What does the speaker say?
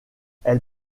elle